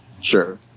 sure